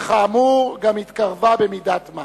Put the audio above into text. וכאמור גם התקרבה במידת מה.